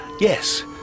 yes